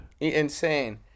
Insane